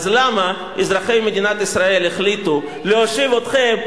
אז למה אזרחי מדינת ישראל החליטו להושיב אתכם,